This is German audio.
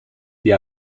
die